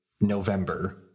November